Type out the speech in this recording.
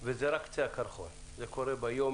וזה רק קצה הקרחון, זה משהו שקורה יום-יום.